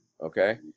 okay